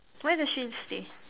where does she stay